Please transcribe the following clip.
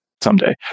someday